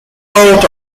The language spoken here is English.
out